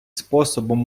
способом